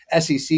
SEC